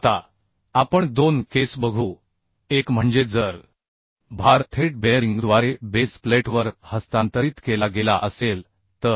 आता आपण दोन केस बघू एक म्हणजे जर भार थेट बेअरिंगद्वारे बेस प्लेटवर हस्तांतरित केला गेला असेल तर